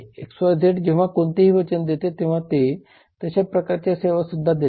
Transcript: XYZ जेव्हा कोणतेही वचन देते तेव्हा ते तशा प्रकारच्या सेवासुद्धा देते